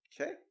Okay